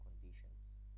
conditions